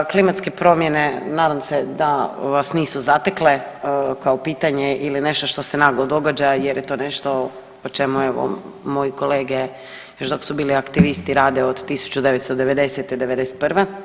Klimatske promjene nadam se da vas nisu zatekle kao pitanje ili nešto što se naglo događa jer je to nešto po čemu evo moji kolege još dok su bili aktivisti rade od 1990.-'91.